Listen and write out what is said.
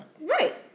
Right